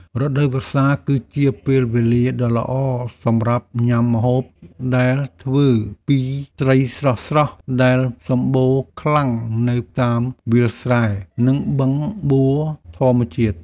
រដូវវស្សា គឺជាពេលវេលាដ៏ល្អសម្រាប់ញ៉ាំម្ហូបដែលធ្វើពីត្រីស្រស់ៗដែលសម្បូរខ្លាំងនៅតាមវាលស្រែ និងបឹងបួធម្មជាតិ។